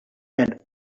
and